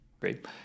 Great